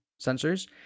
sensors